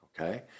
okay